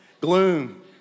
gloom